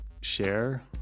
share